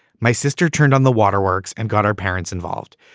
my sister turned on the waterworks and got our parents involved.